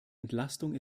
entlastung